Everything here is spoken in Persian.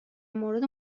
مورد